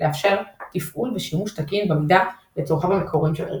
לאפשר תפעול ושימוש תקין במידע לצרכיו המקוריים של הארגון.